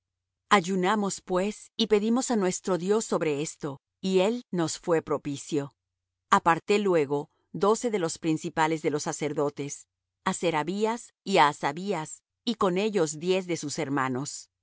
ayunamos pues y pedimos á nuestro dios sobre esto y él nos fué propicio aparté luego doce de los principales de los sacerdotes á serebías y á hasabías y con ellos diez de sus hermanos